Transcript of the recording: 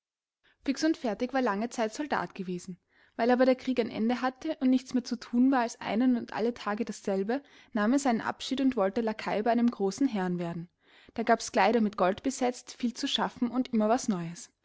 fix und fertig war lange zeit soldat gewesen weil aber der krieg ein ende hatte und nichts mehr zu thun war als einen und alle tage dasselbe nahm er seinen abschied und wollte lakai bei einem großen herrn werden da gabs kleider mit gold besetzt viel zu schaffen und immer was neues